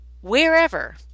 wherever